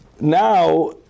Now